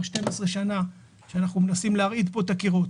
12 שנים אנחנו מנסים להרעיד פה את הקירות.